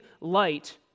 light